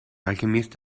alchemist